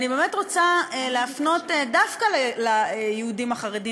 אני באמת רוצה לפנות דווקא ליהודים החרדים